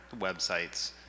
websites